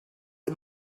and